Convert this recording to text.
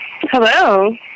Hello